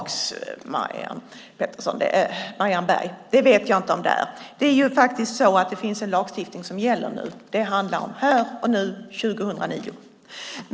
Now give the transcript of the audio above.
Herr talman! Jag vet inte om det är att gå tillbaka, Marianne Berg. Det finns faktiskt en lagstiftning som gäller nu. Det handlar om här och nu, 2009.